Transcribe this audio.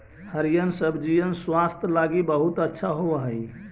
हरिअर सब्जिअन स्वास्थ्य लागी बहुत अच्छा होब हई